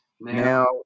Now